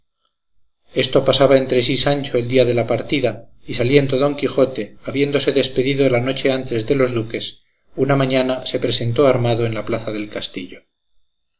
esto pasaba entre sí sancho el día de la partida y saliendo don quijote habiéndose despedido la noche antes de los duques una mañana se presentó armado en la plaza del castillo